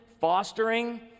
fostering